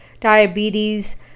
diabetes